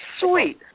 sweet